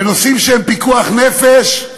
בנושאים שהם פיקוח נפש.